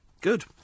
Good